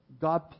God